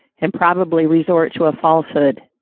and probably resort to a falsehood.